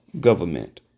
government